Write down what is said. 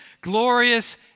glorious